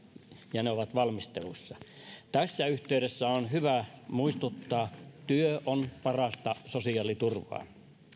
ja ne ovat valmistelussa tässä yhteydessä on hyvä muistuttaa työ on parasta sosiaaliturvaa